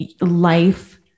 life